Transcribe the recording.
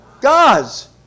God's